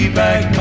back